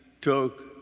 took